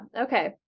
Okay